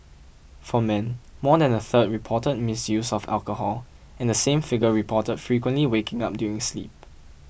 for men more than a third reported misuse of alcohol and the same figure reported frequently waking up during sleep